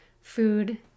food